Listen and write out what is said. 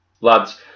lads